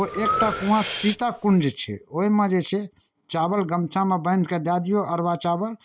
ओ एकटा कुआँ सीता कुण्ड छै ओहिमे जे छै चावल गमछामे बान्हि कऽ दए दियौ अरबा चावल